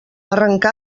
arrencar